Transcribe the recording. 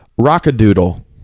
Rockadoodle